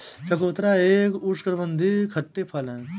चकोतरा एक उष्णकटिबंधीय खट्टे फल है